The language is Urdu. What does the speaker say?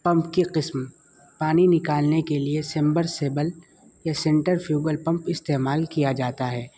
پمپ کی قسم پانی نکالنے کے لیے سمبر سیبل یا سینٹرفیوبل پمپ استعمال کیا جاتا ہے